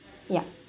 ya